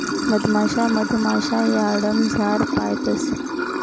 मधमाशा मधमाशा यार्डमझार पायतंस